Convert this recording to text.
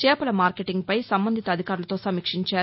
చేపల మార్కెటింగ్పై సంబంధిత అధికారులతో సమీక్షించారు